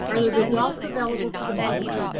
are the results available to the public?